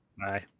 Bye